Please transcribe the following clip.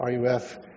RUF